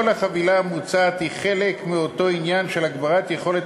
כל החבילה המוצעת היא חלק מאותו עניין של הגברת יכולת